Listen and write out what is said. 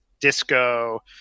disco